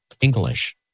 English